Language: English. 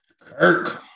Kirk